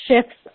shifts